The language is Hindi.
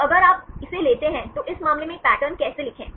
तो अगर आप इसे लेते हैं तो इस मामले में एक पैटर्न कैसे लिखें